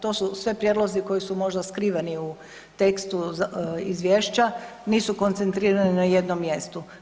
To su sve prijedlozi koji su možda skriveni u tekstu izvješća, nisu koncentrirani na jednom mjestu.